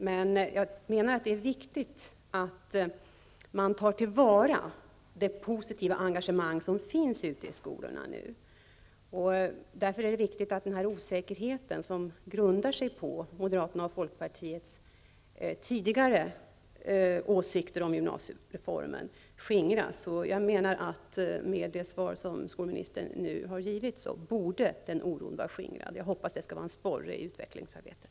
Jag menar dock att det är viktigt att man tar till vara det positiva engagemang som finns ute i skolorna. Därför är det viktigt att den osäkerhet som grundar sig på moderaternas och folkpartiets tidigare åsikter om gymnasiereformen skingras. Med det svar som skolministern nu har givit anser jag att den oron borde vara skingrad. Jag hoppas att svaret skall vara en sporre i utvecklingsarbetet.